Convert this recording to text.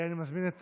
אני מזמין את